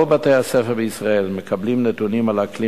כל בתי-הספר בישראל מקבלים נתונים על האקלים